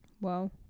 Wow